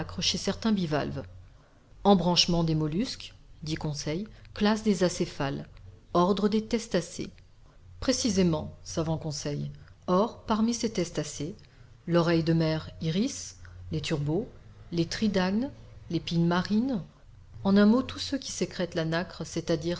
certains bivalves embranchement des mollusques dit conseil classe des acéphales ordre des testacés précisément savant conseil or parmi ces testacés loreille de mer iris les turbots les tridacnes les pinnesmarines en un mot tous ceux qui sécrètent la nacre c'est-à-dire